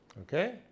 Okay